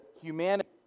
humanity